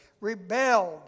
Rebelled